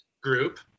group